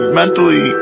mentally